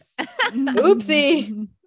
Oopsie